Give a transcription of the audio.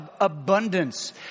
abundance